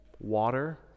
Water